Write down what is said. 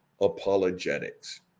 apologetics